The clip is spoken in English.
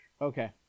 Okay